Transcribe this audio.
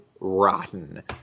rotten